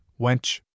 wench